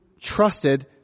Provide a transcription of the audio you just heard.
trusted